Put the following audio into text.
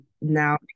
now